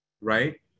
right